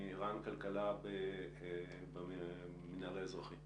רע"ן כלכלה במינהל האזרחי.